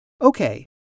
Okay